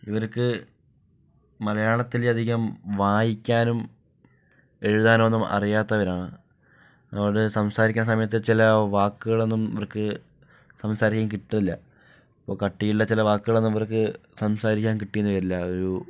ഇവർക്ക് മലയാളത്തിൽ അധികം വായിക്കാനും എഴുതാനൊന്നും അറിയാത്തവരാണ് അവര് സംസാരിക്കുന്ന സമയത്ത് ചില വാക്കുകളൊന്നും അവർക്ക് സംസാരിക്കാൻ കിട്ടൂല ഇപ്പൊ കട്ടിയുള്ള ചില വാക്കുകൾ അവർക്ക് സംസാരിക്കാൻ കിട്ടി എന്ന് വരില്ല ആ ഒരു